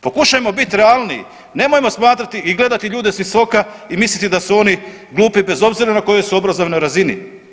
Pokušajmo biti realniji, nemojmo smatrati i gledati ljude se visoka i misliti da su oni glupi bez obzira na kojoj su obrazovnoj razini.